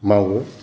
मावो